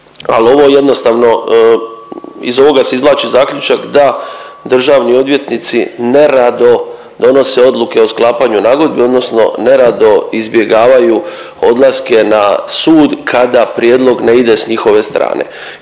al ovo jednostavno, iz ovoga se izvlači zaključak da državni odvjetnici nerado donose odluke o sklapanju nagodbi odnosno nerado izbjegavaju odlaske na sud kada prijedlog ne ide s njihove strane